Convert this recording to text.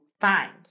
find